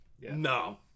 no